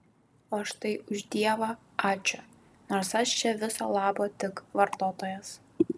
o štai už dievą ačiū nors aš čia viso labo tik vartotojas